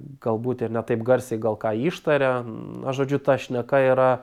galbūt ir ne taip garsiai gal ką ištaria na žodžiu ta šneka yra